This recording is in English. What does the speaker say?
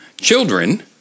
Children